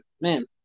man